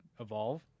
evolve